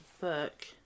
book